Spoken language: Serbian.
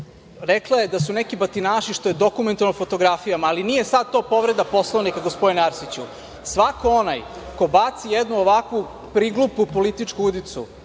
Rekla je da su neki batinaši što je dokumentovano fotografijama, ali nije sad to povreda Poslovnika, gospodine Arsiću. Svako onaj ko baci jednu ovakvu priglupu političku udicu